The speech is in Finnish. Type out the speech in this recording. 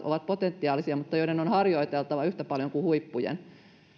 ovat potentiaalisia mutta joiden on harjoiteltava yhtä paljon kuin huippujen